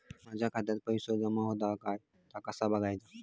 माझ्या खात्यात पैसो जमा होतत काय ता कसा बगायचा?